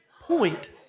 point